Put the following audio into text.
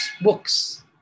books